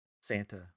Santa